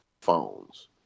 phones